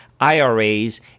IRAs